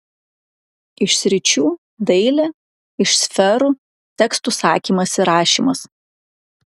iš sričių dailė iš sferų tekstų sakymas ir rašymas